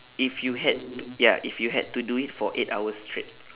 if you had t~ ya if you had to do it for eight hours straight